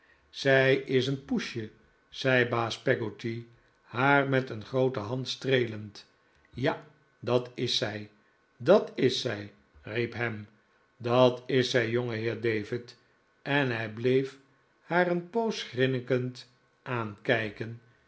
zij is een poesje zei baas peggotty haar met zijn groote hand streelend ja dat is zij dat is zij riep ham dat is zij jongeheer david en hij bleef haar een poos grinnikend aankijken